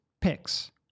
picks